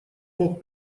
мог